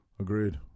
Agreed